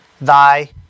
thy